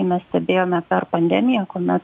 mes stebėjome per pandemiją kuomet